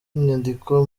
nyandiko